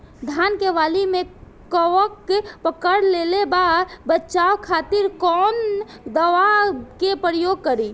धान के वाली में कवक पकड़ लेले बा बचाव खातिर कोवन दावा के प्रयोग करी?